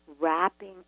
wrapping